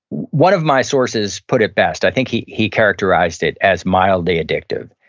one of my sources put it best, i think he he characterized it as mildly addictive.